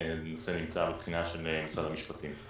נמצא בבחינה של משרד המשפטים.